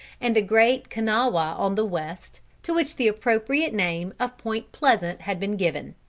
and the great kanawha on the west, to which the appropriate name of point pleasant had been given.